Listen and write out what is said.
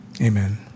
Amen